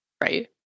right